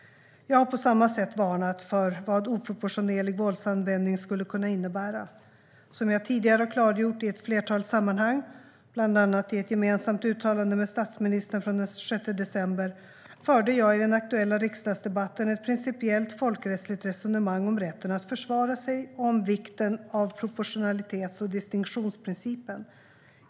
Jag har på samma sätt varnat för vad oproportionerlig våldsanvändning skulle kunna innebära. Som jag tidigare har klargjort i ett flertal sammanhang, bland annat i ett gemensamt uttalande med statsministern från den 6 december, förde jag i den aktuella riksdagsdebatten ett principiellt folkrättsligt resonemang om rätten att försvara sig och om vikten av proportionalitets och distinktionsprincipen.